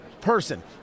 person